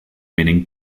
meaning